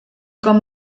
com